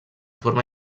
forma